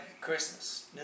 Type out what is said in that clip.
Christmas